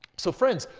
so friends,